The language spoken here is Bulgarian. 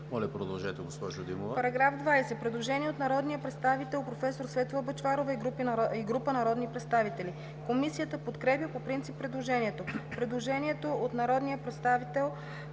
ИРЕНА ДИМОВА: По § 20 има предложение от народния представител професор Светла Бъчварова и група народни представители. Комисията подкрепя по принцип предложението. Предложение от народния представител